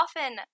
often